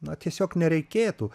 na tiesiog nereikėtų